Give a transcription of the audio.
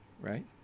right